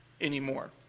anymore